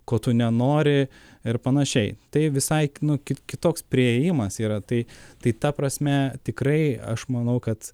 ko tu nenori ir panašiai tai visai nu ki kitoks priėjimas yra tai tai ta prasme tikrai aš manau kad